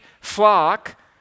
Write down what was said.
flock